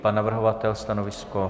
Pan navrhovatel stanovisko?